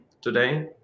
today